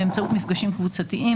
באמצעות מפגשים קבוצתיים,